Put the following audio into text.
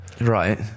Right